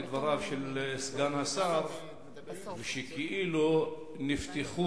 את דבריו של סגן השר שכאילו נפתחו,